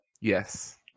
Yes